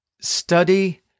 study